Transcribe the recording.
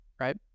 Right